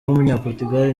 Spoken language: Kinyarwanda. w’umunyaportigal